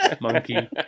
Monkey